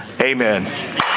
Amen